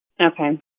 Okay